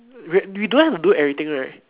wait we don't have to do everything right